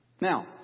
Now